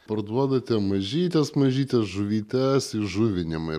parduodate mažytes mažytes žuvytes įžuvinimui